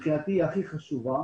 הכי חשובה